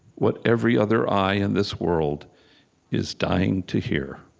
what every other eye in this world is dying to hear?